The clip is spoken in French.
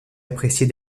appréciés